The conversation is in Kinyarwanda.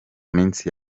minsi